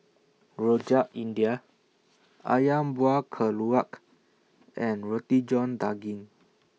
Rojak India Ayam Buah Keluak and Roti John Daging